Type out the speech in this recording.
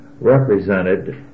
represented